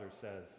says